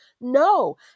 No